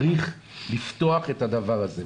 צריך לפתוח את הדבר הזה,